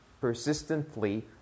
persistently